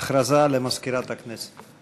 הודעה למזכירת הכנסת.